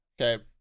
okay